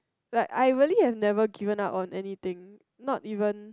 like I'll really have never given up on anything not even